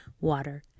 water